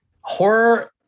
horror